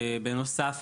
בנוסף,